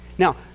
Now